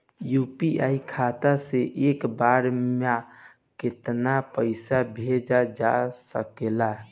UPI खाता से एक बार म केतना पईसा भेजल जा सकेला?